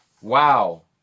Wow